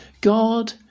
God